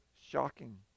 shocking